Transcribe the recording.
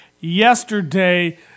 yesterday